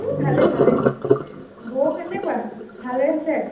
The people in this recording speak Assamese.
ভালে ভালে বৌৰ কেনেকুৱা ভালে আছে